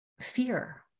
fear